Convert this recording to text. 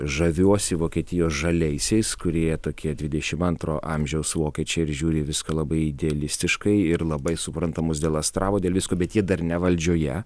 žaviuosi vokietijos žaliaisiais kurie tokie dvidešim antro amžiaus vokiečiai ir žiūri į viską labai idealistiškai ir labai supranta mus dėl astravo dėl visko bet jie dar ne valdžioje